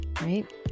right